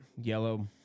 yellow